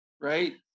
right